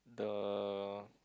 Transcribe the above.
the